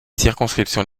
circonscriptions